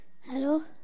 Hello